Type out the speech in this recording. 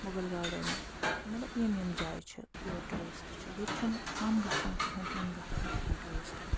Mughal gardens مطلب یِم یِم جایہِ چھِ یور ٹوٗرِسٹ چھِ یِوان ییٚتہِ چھُنہٕ کَم گژھان تِہُنٛد یُن گژھُن کِہیٖنۍ ٹوٗرِسٹَن ہُنٛد